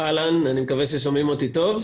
אהלן, אני מקווה ששומעים אותי טוב.